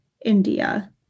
India